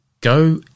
Go